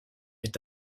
est